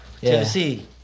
Tennessee